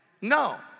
No